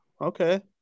Okay